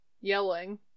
yelling